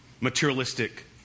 materialistic